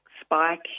spike